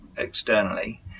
Externally